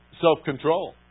self-control